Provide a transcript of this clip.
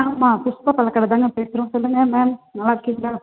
ஆமாம் க்ருஷ்ணா பழக் கடை தாங்க பேசுகிறோம் சொல்லுங்க மேம் நல்லாயிருக்கீங்களா